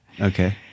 Okay